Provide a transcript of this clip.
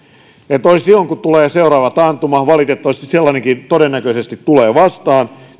olisi silloin kun tulee seuraava taantuma valitettavasti sellainenkin todennäköisesti tulee vastaan